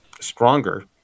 stronger